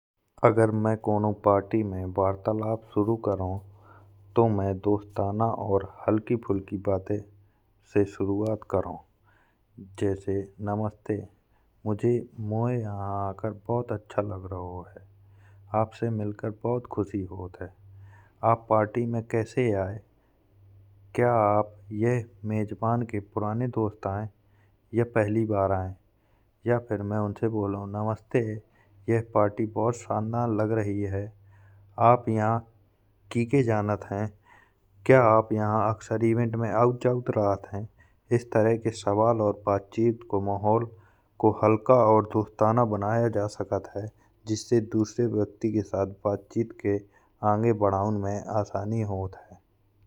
अगर मइँ कौनऊ पार्टी मॆं वार्तालाप सुरु करहाओ तो मइँ दोस्ताना और हलकी फुलकी बातौ से शुरुआत करहो। जइसे नमस्ते मोयॆ यहा आके बहुत अच्छा लग रओ है आपसे मिलके बहुत खुशी होत है। आप पार्टी मॆं कैसे आए क्या आप यहा मेज़बान के पुराने दोस्त आए या पहली बार आए हैं या फिर मइँ उनसे बोलाओ। नमस्ते यहा पार्टी बहुत शांदार लग रइ है आप यहा किसके जानत है। क्या आप अक्सर इवेंट मॆं आवत जावत रहत है। इस तरह की बातचीत को माहौल को हलका और दोस्ताना बनाय जा सकत है। जिसे व्यक्ति के साथ बातचीत के अग्गे बढ़ाउ मॆं आसानी होत है।